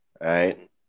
Right